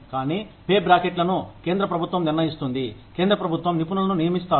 కానీ పే బ్రాకెట్లను కేంద్ర ప్రభుత్వం నిర్ణయిస్తుంది కేంద్ర ప్రభుత్వం నిపుణులను నియమిస్తారు